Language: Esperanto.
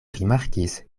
rimarkis